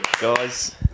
Guys